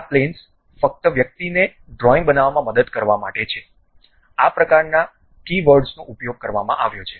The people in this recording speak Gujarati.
આ પ્લેનસ ફક્ત વ્યક્તિને ડ્રોઇંગ બનાવવામાં મદદ કરવા માટે છે આ પ્રકારના કી વર્ડ્સનો ઉપયોગ કરવામાં આવ્યો છે